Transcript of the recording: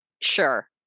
sure